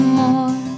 more